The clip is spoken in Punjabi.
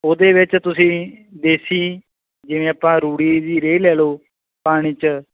ਉਹਦੇ ਵਿੱਚ ਤੁਸੀਂ ਦੇਸੀ ਜਿਵੇਂ ਆਪਾਂ ਰੂੜੀ ਦੀ ਰੇਹ ਲੈ ਲਓ ਪਾਣੀ 'ਚ